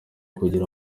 kugira